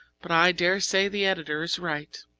but i dare say the editor is right.